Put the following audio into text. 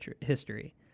history